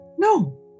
No